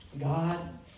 God